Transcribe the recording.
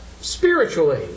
spiritually